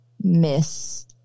miss